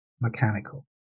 mechanical